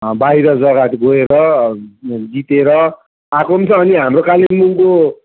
बाहिर जग्गाहरू गएर जितेर आएको पनि छ अनि हाम्रो कालिम्पोङको